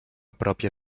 pròpia